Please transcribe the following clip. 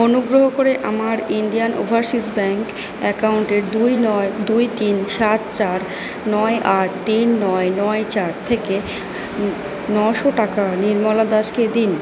অনুগ্রহ করে আমার ইন্ডিয়ান ওভার্সিস ব্যাংক অ্যাকাউন্টের দুই নয় দুই তিন সাত চার নয় আট তিন নয় নয় চার থেকে নশো টাকা নির্মলা দাসকে দিন